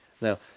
Now